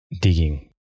digging